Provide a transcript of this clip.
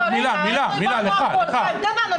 כל אחד הבין משהו אחר,